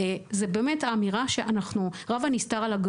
יש גורמי סיכון נוספים שאנחנו רואים,